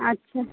अच्छा